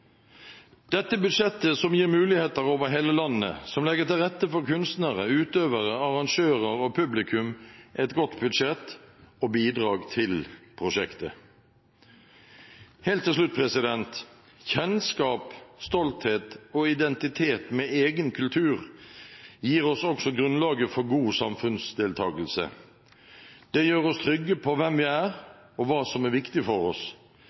Dette budsjettet, som gir muligheter over hele landet, som legger til rette for kunstnere, utøvere, arrangører og publikum, er et godt budsjett og bidrag til prosjektet. Helt til slutt: Kjennskap til, stolthet over og identitet med egen kultur gir oss også grunnlaget for god samfunnsdeltakelse. Det gjør oss trygge på hvem vi er, og hva som er viktig for oss.